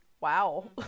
wow